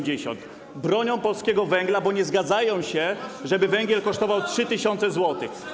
Bronią oni polskiego węgla, bo nie zgadzają się, żeby węgiel kosztował 3 tys. zł.